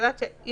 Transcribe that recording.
אם